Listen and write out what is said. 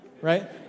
right